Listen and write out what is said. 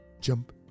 jump